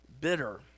bitter